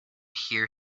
hear